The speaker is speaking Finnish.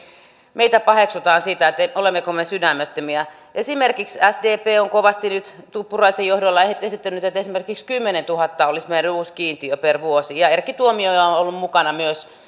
meitä paheksutaan että olemmeko me sydämettömiä esimerkiksi sdp on kovasti nyt tuppuraisen johdolla esittänyt että esimerkiksi kymmenentuhatta olisi meidän uusi kiintiö per vuosi ja erkki tuomioja on ollut mukana myös